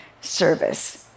service